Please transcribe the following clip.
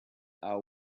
are